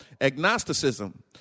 Agnosticism